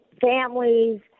families